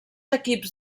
equips